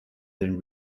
than